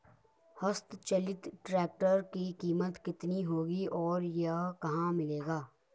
हस्त चलित ट्रैक्टर की कीमत कितनी होगी और यह कहाँ मिलेगा?